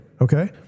Okay